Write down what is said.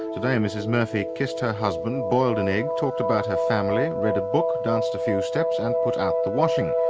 today mrs murphy kissed her husband, boiled an egg, talked about her family, read a book, danced a few steps and put out the washing.